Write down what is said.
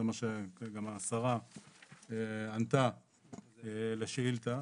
זה גם מה שהשרה ענתה לשאילתה.